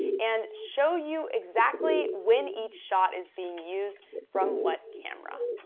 and show you exactly when each shot is being used from what camera.